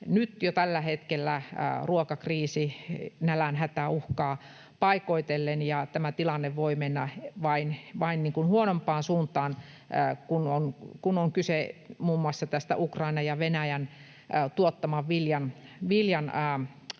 Nyt jo tällä hetkellä ruokakriisi ja nälänhätä uhkaa paikoitellen, ja tilanne voi mennä vain huonompaan suuntaan, kun on kyse muun muassa Ukrainan ja Venäjän tuottaman viljan kadosta